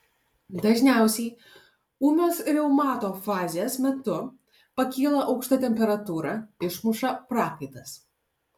dažniausiai ūmios reumato fazės metu pakyla aukšta temperatūra išmuša prakaitas